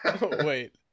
Wait